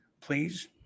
Please